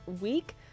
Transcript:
week